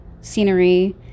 Scenery